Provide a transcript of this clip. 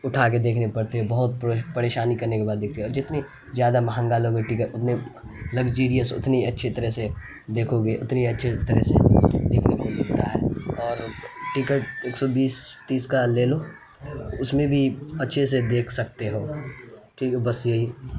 اٹھا کے دیکھنی پڑتی ہے بہت پریشانی کرنے کے بعد دیکھتے ہیں اور جتنی زیادہ مہنگا لو گے ٹکٹ اتنے لگزریئس اتنی اچھی طرح سے دیکھو گے اتنی اچھی طرح سے دیکھنے کو ملتا ہے اور ٹکٹ ایک سو بیس تیس کا لے لو اس میں بھی اچھے سے دیکھ سکتے ہو ٹھیک ہے بس یہی